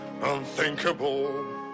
unthinkable